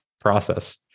process